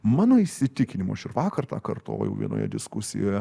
mano įsitikinimu aš ir vakar tą kartojau vienoje diskusijoje